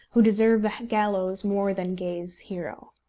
who deserve the gallows more than gay's hero.